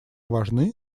важны